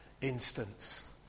instance